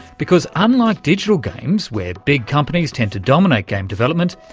because unlike digital games where big companies tend to dominate game development,